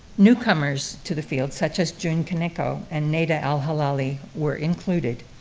newcomers to the field, such as jun kaneko and neda al-hilali were included.